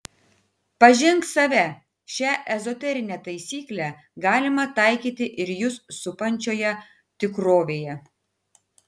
pažink save šią ezoterinę taisyklę galima taikyti ir jus supančioje tikrovėje